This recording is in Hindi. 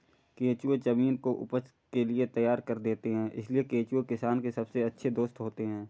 केंचुए जमीन को उपज के लिए तैयार कर देते हैं इसलिए केंचुए किसान के सबसे अच्छे दोस्त होते हैं